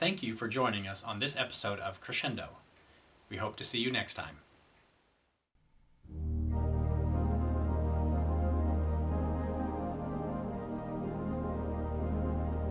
thank you for joining us on this episode of crescendo we hope to see you next time